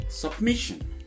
Submission